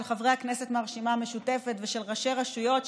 של חברי הכנסת מהרשימה המשותפת ושל ראשי רשויות,